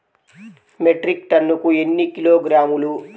Metric టన్నుకు ఎన్ని కిలోగ్రాములు?